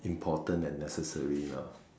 important and necessary lah